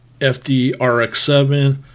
FDRX7